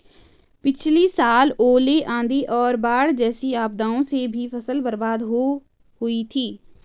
पिछली साल ओले, आंधी और बाढ़ जैसी आपदाओं से भी फसल बर्बाद हो हुई थी